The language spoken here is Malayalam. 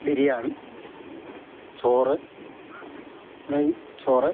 ബിരിയാണി ചോറ് നെയ്ച്ചോറ്